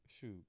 shoot